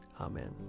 Amen